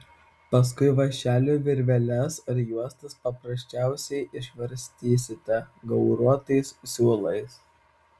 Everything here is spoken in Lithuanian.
paskui vąšeliu virveles ar juostas paprasčiausiai išvarstysite gauruotais siūlais